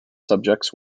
subjects